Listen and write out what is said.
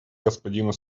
господина